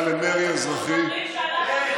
ראשונה.